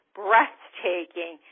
breathtaking